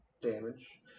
damage